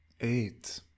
eight